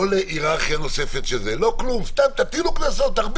לא להיררכיה נוספת, לא לכלום.